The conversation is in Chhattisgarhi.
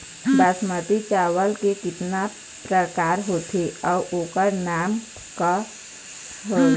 बासमती चावल के कतना प्रकार होथे अउ ओकर नाम क हवे?